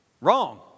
Wrong